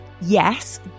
yes